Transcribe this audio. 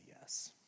yes